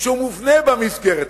שהוא מובנה במסגרת הזאת,